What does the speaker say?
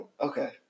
okay